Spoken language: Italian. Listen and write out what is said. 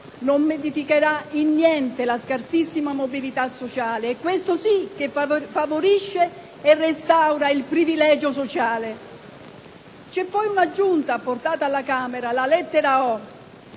Non modificherà in niente la scarsissima mobilità sociale, e questo sì che favorisce e restaura il privilegio sociale. C'è poi un'aggiunta apportata dalla Camera all'articolo